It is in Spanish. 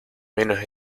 menos